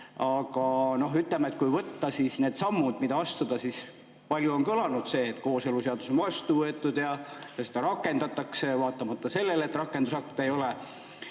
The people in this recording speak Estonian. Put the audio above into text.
Aga, ütleme, kui võtta need sammud, mida [tahetakse] astuda, siis palju on kõlanud see, et kooseluseadus on vastu võetud ja seda rakendatakse vaatamata sellele, et rakendusakte ei ole.